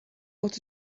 out